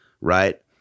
right